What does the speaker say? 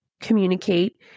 communicate